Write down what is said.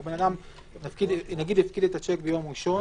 אם בן אדם נגיד הפקיד את השיק ביום ראשון